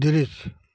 दृश्य